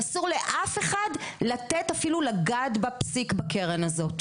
ואסור לאף אחד לתת אפילו לגעת בפסיק בקרן הזאת.